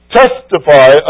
testify